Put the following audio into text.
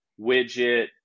widget